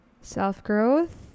self-growth